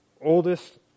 oldest